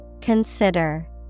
Consider